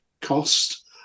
cost